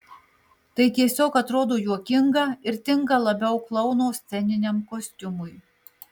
tai tiesiog atrodo juokinga ir tinka labiau klouno sceniniam kostiumui